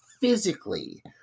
physically